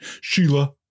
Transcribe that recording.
Sheila